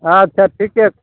अच्छा ठीके छै